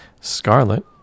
Scarlet